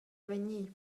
avegnir